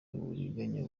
uburiganya